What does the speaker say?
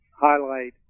highlight